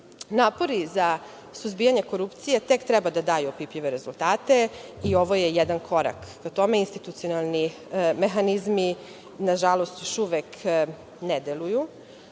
za suzbijanje korupcije tek treba da daju opipljive rezultate i ovo je jedan korak ka tome. Institucionalni mehanizmi, nažalost još uvek ne deluju.